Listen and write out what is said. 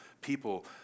people